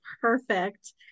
perfect